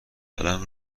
قلم